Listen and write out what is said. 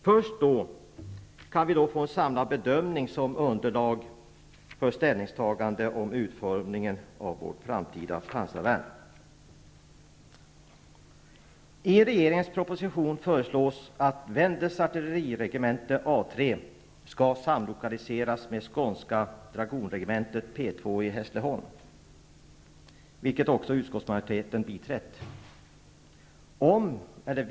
Först då kan vi få en samlad bedömning som kan utgöra ett underlag för att ta ställning till utformningen av vårt framtida pansarvärn. Skånska dragonregementet, P 2, i Hässleholm, vilket också utskottsmajoriteten tillstyrkt.